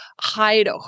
hide